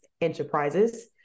Enterprises